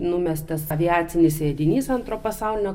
numestas aviacinis sveidinys antro pasaulinio